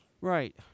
Right